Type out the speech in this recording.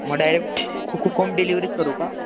मग डायरेक्ट को को होम डिलिव्हरीच करू का